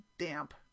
damp